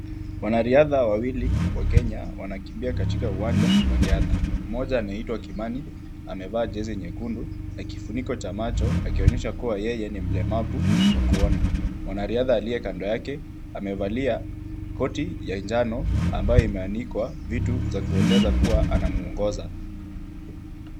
Wanariadha wawili wa Kenya wanakimbia katika uwanja wa riadha. Mmoja anaitwa Kimani amevaa jezi nyekundu na kifuniko cha macho akionyesha kuwa yeye ni mlemavu wa kuona. Mwanariadha aliye kando yake amevalia koti ya njano ambayo imeandikwa vitu za kueleza kuwa anamuongoza.